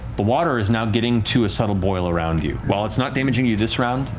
the water is now getting to a subtle boil around you. while it's not damaging you this round,